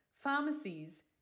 pharmacies